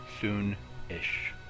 soon-ish